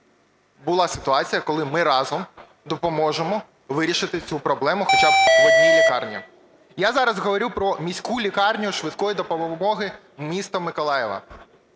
була ситуація, коли ми разом допоможемо вирішити цю проблему хоча б в одній лікарні. Я зараз говорю про міську лікарню швидкої допомоги міста Миколаєва,